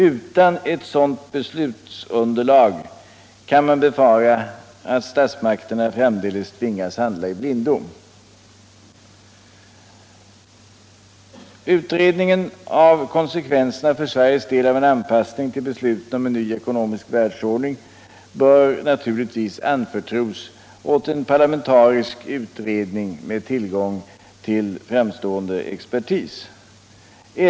Utan ett sådant beslutsunderlag kan man befara att statsmakterna framdeles tvingas handla i blindo. Internationellt utvecklingssamar Utredningen av konsekvenserna för Sveriges del av en anpassning till beslutet om en ny ekonomisk världsordning bör naturligtvis anförtros åt en parlamentarisk utredning med tillgång till framstående expertis.